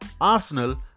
Arsenal